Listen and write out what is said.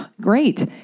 great